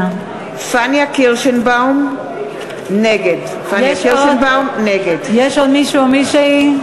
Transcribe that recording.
פניה קירשנבאום, נגד יש עוד מישהו או מישהי?